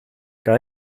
kan